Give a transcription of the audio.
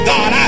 God